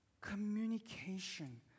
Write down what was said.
Communication